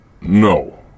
No